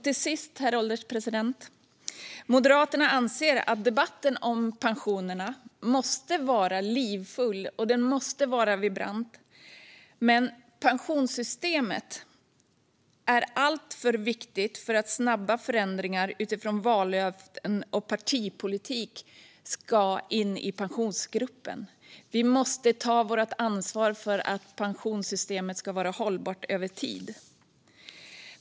Till sist, herr ålderspresident, anser Moderaterna att debatten om pensionerna måste vara livfull och vibrant . Pensionssystemet är alltför viktigt för att låta snabba förändringar utifrån vallöften och partipolitik komma in i Pensionsgruppen. Vi måste ta vårt ansvar för att pensionssystemet ska vara hållbart över tid.